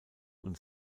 und